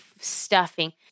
stuffing